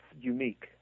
unique